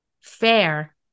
fair